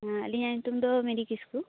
ᱦᱚᱸ ᱟ ᱞᱤᱧᱟᱜ ᱧᱩᱛᱩᱢ ᱫᱚ ᱢᱮᱨᱤ ᱠᱤᱥᱠᱩ